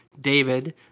David